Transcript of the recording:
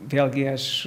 vėlgi aš